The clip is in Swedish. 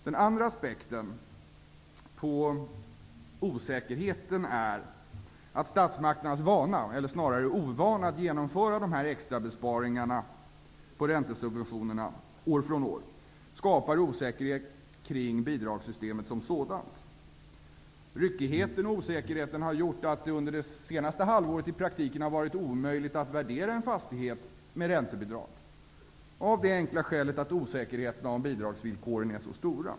Den andra aspekten på osäkerheten är att statsmakternas vana, eller snarare ovana att genomföra dessa extrabesparingar på räntesubventionerna år från år skapar osäkerhet kring bidragssystemet som sådant. Ryckigheten och osäkerheten har gjort att det under det senaste halvåret i praktiken har varit omöjligt att värdera en fastighet med räntebidrag av det enkla skälet att osäkerheten om bidragsvillkoren är så stora.